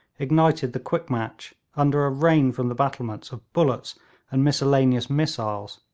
ignited the quick-match under a rain from the battlements of bullets and miscellaneous missiles,